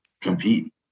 compete